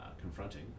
confronting